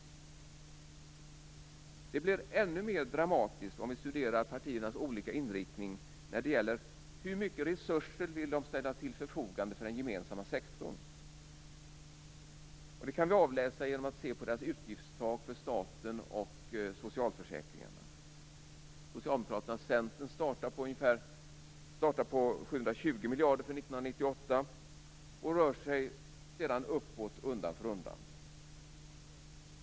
Det blir ännu mer dramatiskt om vi studerar partiernas olika inriktning när det gäller hur mycket resurser de vill ställa till förfogande för den gemensamma sektorn. Detta kan vi avläsa i deras förslag till utgiftstak för staten och socialförsäkringarna. Socialdemokraterna och Centern startar på 720 miljarder för 1998 och rör sig sedan uppåt undan för undan.